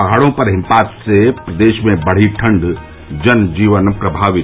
पहाड़ों पर हिमपात से प्रदेश में बढ़ी ठण्ड जनजीवन प्रभावित